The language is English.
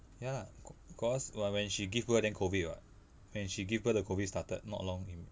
ya lah c~ cause when when she give birth then COVID [what] when she give birth the COVID started not long im~